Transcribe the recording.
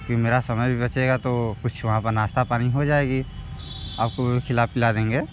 फिर मेरा समय भी बचेगा तो कुछ वहाँ पर नाश्ता पानी हो जाएगा आपको भी खिला पिला देंगे